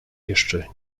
jeszcze